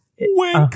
Wink